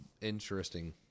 interesting